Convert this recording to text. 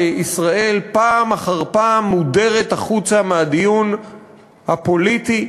בישראל פעם אחר פעם מודרת החוצה מהדיון הפוליטי,